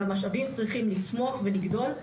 והמשאבים צריכים לצמוח ולגדול.